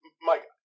Mike